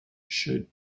should